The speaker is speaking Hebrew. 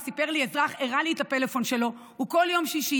סיפר לי אזרח והראה לי את הפלאפון שלו: כל יום שישי